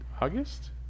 August